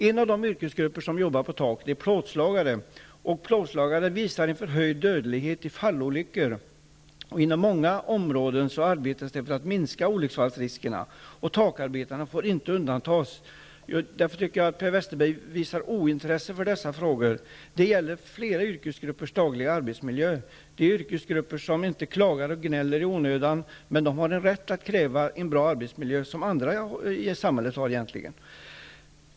En av de yrkesgrupper som jobbar på tak är plåtslagare, och den gruppen visar en förhöjd dödlighet i fallolyckor. Inom många områden arbetas det för att minska olycksfallsriskerna, och takarbetarna får inte undantas. Därför tycker jag att Per Westerberg visar ointresse för dessa frågor. Det gäller flera yrkesgruppers dagliga arbetsmiljö. Det är yrkesgrupper som inte klagar och gnäller i onödan, men de har samma rätt som andra i samhället att kräva en bra arbetsmiljö.